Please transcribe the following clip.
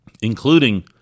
including